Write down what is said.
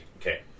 Okay